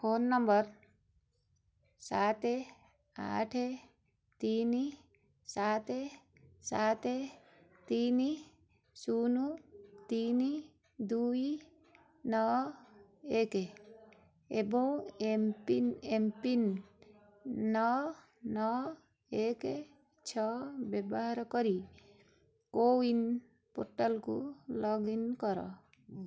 phone number ସାତ ଆଠ ତିନି ସାତ ସାତ ତିନି ଶୂନ ତିନି ଦୁଇ ନଅ ଏକ ଏବଂ ଏମ୍ପିନ୍ ଏମ୍ପିନ୍ ନଅ ନଅ ଏକ ଛଅ ବ୍ୟବହାର କରି କୋୱିନ ପୋର୍ଟାଲକୁ ଲଗ୍ଇନ କର